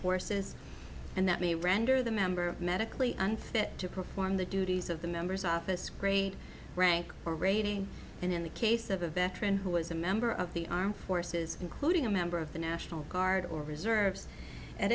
forces and that may render the member of medically unfit to perform the duties of the members office grade rank or rating and in the case of a veteran who was a member of the armed forces including a member of the national guard or reserves at